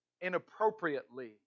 inappropriately